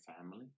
family